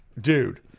dude